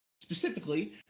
Specifically